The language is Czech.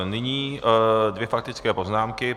Nyní dvě faktické poznámky.